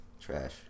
trash